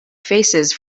faces